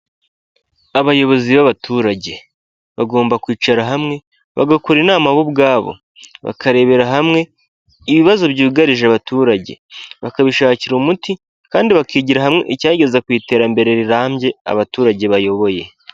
Abayobozi b'abaturage bagomba kwicara hamwe bagakora inama bo ubwabo. Bakarebera hamwe ibibazo byugarije abaturage, bakabishakira umuti kandi bakigira hamwe icyageza ku iterambere rirambye abaturage bayoboye.